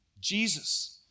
Jesus